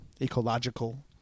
ecological